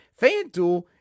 FanDuel